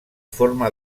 forma